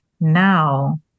now